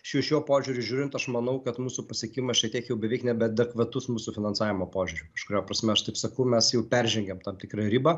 šiuo šiuo požiūriu žiūrint aš manau kad mūsų pasiekimas šitiek jau beveik nebeadekvatus mūsų finansavimo požiūriu kažkuria prasme aš taip sakau mes jau peržengėm tam tikrą ribą